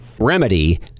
Remedy